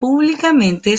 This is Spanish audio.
públicamente